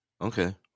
Okay